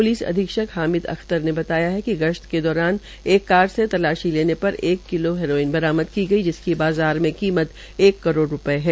police अधीक्षक हामिद अख्तर ने बताया कि गश्त के दौरान एक कार से तलाशी लेने पर एक किलो हेरोइन बरामद की गई जिसकी बाज़ार में कीमत एक करोड़ रूपये है